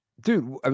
dude